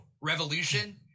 Revolution